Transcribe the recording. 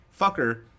fucker